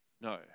No